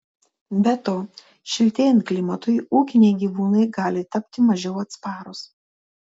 be to šiltėjant klimatui ūkiniai gyvūnai gali tapti mažiau atsparūs